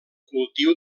cultiu